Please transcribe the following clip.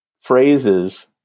phrases